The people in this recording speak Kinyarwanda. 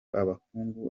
abahungu